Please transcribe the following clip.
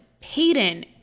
Peyton